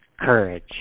courage